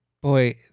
Boy